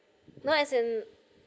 no as in